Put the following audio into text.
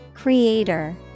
Creator